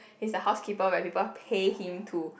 he's a housekeeper where people pay him to